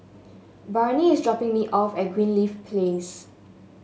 Barnie is dropping me off at Greenleaf Place